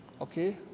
okay